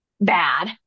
bad